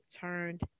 turned